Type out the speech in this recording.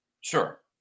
Sure